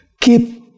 Keep